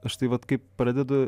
aš tai vat kaip pradedu